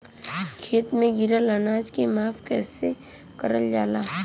खेत में गिरल अनाज के माफ़ी कईसे करल जाला?